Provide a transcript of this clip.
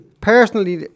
personally